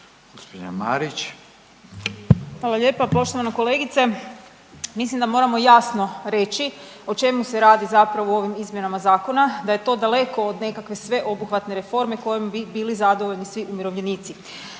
Andreja (SDP)** Hvala lijepa. Poštovana kolegice, mislim da moramo jasno reći o čemu se zapravo radi u ovim izmjenama zakona, da je to daleko od nekakve sveobuhvatne reforme kojom bi bili zadovoljni svi umirovljenici.